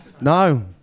no